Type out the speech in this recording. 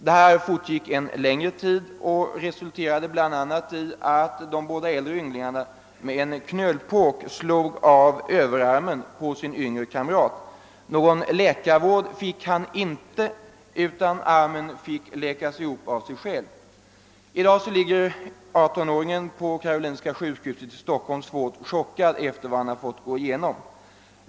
Detta fortgick en längre tid och resulterade bl.a. i att de båda äldre ynglingarna med en knölpåk slog av överarmen på sin yngre kamrat. Någon läkarvård erhöll han inte, utan armen fick läkas ihop av sig själv. I dag ligger 18-åringen på Karolinska sjukhuset i Stockholm svårt chockad av vad han fått gå igenom.